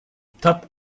top